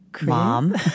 Mom